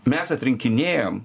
mes atrinkinėjom